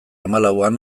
hamalauan